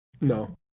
No